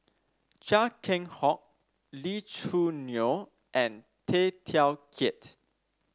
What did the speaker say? Chia Keng Hock Lee Choo Neo and Tay Teow Kiat